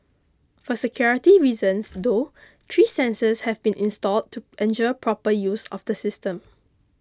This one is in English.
for security reasons though three sensors have been installed to ensure proper use of the system